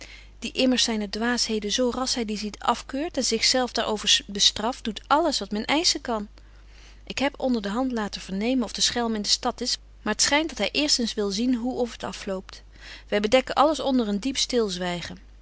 die immers zyne dwaasheden zo rasch hy die ziet afkeurt en zich zelf daar over bestraft doet alles wat men eisschen kan ik heb onder de hand laten vernemen of de schelm in de stad was maar t schynt dat hy eerst eens wil zien hoe of t afloopt wy bedekken alles onder een diep